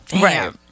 right